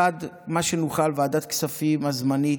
1. מה שנוכל, בוועדת הכספים הזמנית: